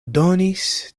donis